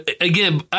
Again